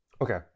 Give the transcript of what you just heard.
okay